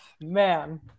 man